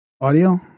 Audio